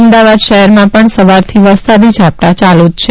અમદાવાદ શહેરમાં પણ સવારથી વરસાદી ઝાપટાં યાલુ જ છે